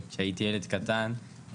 כשהייתי ילד קטן,